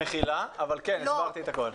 מחילה, אבל כן, הסברתי את הכול.